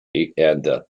and